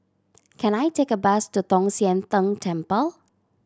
can I take a bus to Tong Sian Tng Temple